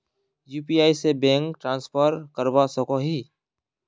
UPI से bank transfer करवा सकोहो ही?